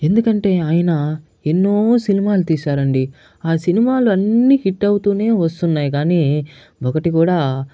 ఎందుకంటే ఆయన ఎన్నో సినిమాలు తీశారండి ఆ సినిమాలు అన్నీ హిట్ అవుతూనే వస్తున్నాయి కాని ఒకటి కూడా